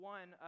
One